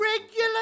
Regular